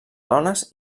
dones